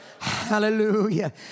Hallelujah